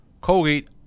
Colgate